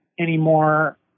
anymore